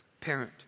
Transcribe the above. parent